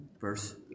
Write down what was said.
verse